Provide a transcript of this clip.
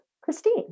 Christine